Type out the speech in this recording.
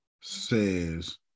says